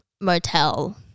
motel